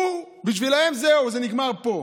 בשבילם זהו, זה נגמר פה.